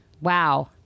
Wow